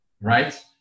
right